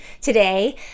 today